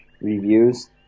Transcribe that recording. reviews